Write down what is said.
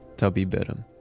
tubby bit him.